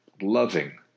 loving